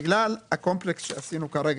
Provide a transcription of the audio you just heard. בגלל הקומפלקס שעשינו כרגע,